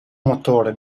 motore